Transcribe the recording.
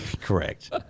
correct